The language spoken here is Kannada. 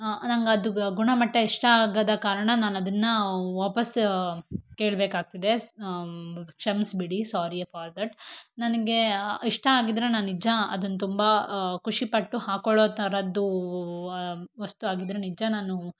ನಂಗೆ ಅದು ಗುಣಮಟ್ಟ ಇಷ್ಟ ಆಗದ ಕಾರಣ ನಾನು ಅದನ್ನು ವಾಪಸ್ಸು ಕೇಳಬೇಕಾಗ್ತಿದೆ ಕ್ಷಮ್ಸಿ ಬಿಡಿ ಸಾರಿ ಫಾರ್ ದ್ಯಾಟ್ ನನಗೆ ಇಷ್ಟ ಆಗಿದ್ದರೆ ನಾನು ನಿಜ ಅದನ್ನು ತುಂಬ ಖುಷಿಪಟ್ಟು ಹಾಕ್ಕೊಳ್ಳೋ ಥರದ್ದು ವಸ್ತು ಆಗಿದ್ದರೆ ನಿಜ ನಾನು